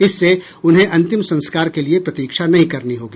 इससे उन्हें अंतिम संस्कार के लिए प्रतीक्षा नहीं करनी होगी